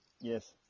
yes